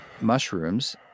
mushrooms